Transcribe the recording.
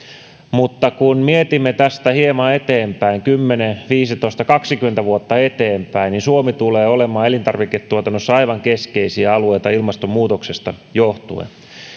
mutta kun mietimme tästä hieman eteenpäin kymmenen viisitoista kaksikymmentä vuotta eteenpäin niin suomi tulee olemaan elintarviketuotannossa aivan keskeisiä alueita ilmastonmuutoksesta johtuen